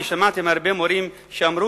אני שמעתי מהרבה מורים שאפילו